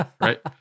right